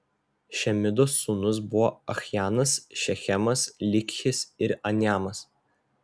šemidos sūnūs buvo achjanas šechemas likhis ir aniamas